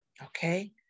Okay